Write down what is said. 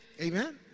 Amen